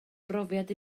brofiad